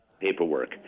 paperwork